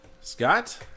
Scott